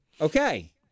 Okay